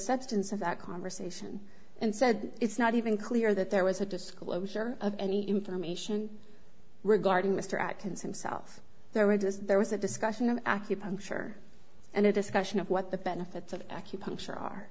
substance of that conversation and said it's not even clear that there was a disclosure of any information regarding mr atkins and south there were just there was a discussion of acupuncture and a discussion of what the benefits of acupuncture are